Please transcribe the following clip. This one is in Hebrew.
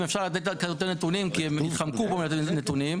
הם התחמקו כאן מהנתונים.